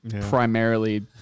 primarily